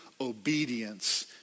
obedience